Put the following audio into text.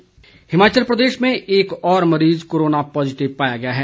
corona मामले हिमाचल प्रदेश में एक और मरीज कोरोना पॉजिटिव पाया गया है